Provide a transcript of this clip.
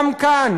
גם כאן,